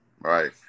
Right